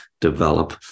develop